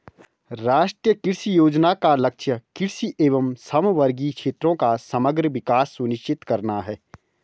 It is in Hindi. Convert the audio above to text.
राष्ट्रीय कृषि योजना का लक्ष्य कृषि एवं समवर्गी क्षेत्रों का समग्र विकास सुनिश्चित करना है